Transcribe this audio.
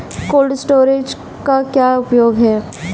Cold storage का क्या उपयोग है?